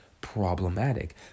problematic